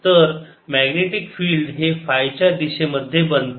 तर magnetic field हे फायच्या दिशेमध्ये बनते